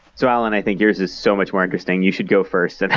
so allen, i think yours is so much more interesting. you should go first and